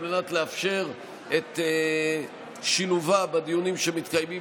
על מנת לאפשר את שילובה בדיונים שמתקיימים